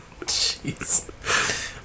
Jeez